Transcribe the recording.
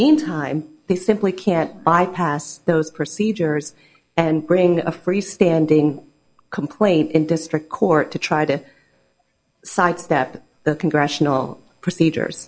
meantime they simply can't bypass those procedures and bring a freestanding complaint in district court to try to sidestep the congressional procedures